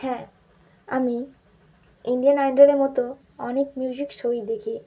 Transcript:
হ্যাঁ আমি ইন্ডিয়ান আইডলের মতো অনেক মিউজিক শোই দেখি